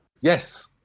yes